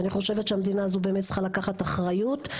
ואני חושבת שמדינה הזאת באמת צריכה לקחת אחריות.